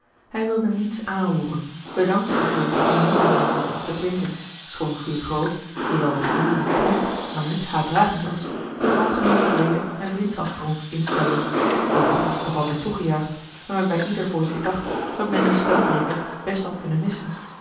hij wilde niets aanroeren bedankte er voor om meê te drinken of te klinken schoon guurt groot die wel wat ruw en plomp maar niet haatdragend was een algemeenen vrede en vriendschapsdronk instelde die overigens nogal werd toegejuicht en waarbij ieder voor zich dacht dat men den spelbreker best had kunnen missen